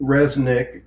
Resnick